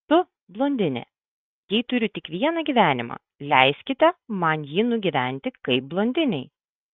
tu blondinė jei turiu tik vieną gyvenimą leiskite man jį nugyventi kaip blondinei